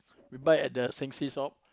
we buy at the think same so